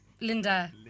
Linda